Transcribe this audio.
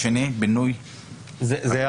שאנחנו קיבלנו את הצו עם בקשה שזה יהיה